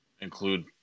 Include